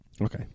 Okay